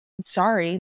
sorry